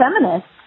feminists